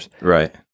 Right